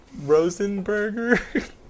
Rosenberger